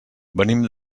venim